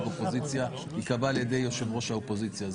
אופוזיציה שייקבע על ידי יושב ראש האופוזיציה.